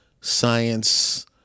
science